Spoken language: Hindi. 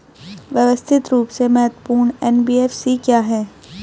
व्यवस्थित रूप से महत्वपूर्ण एन.बी.एफ.सी क्या हैं?